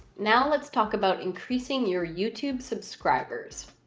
now let's talk about increasing your youtube subscribers.